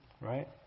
Right